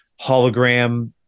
hologram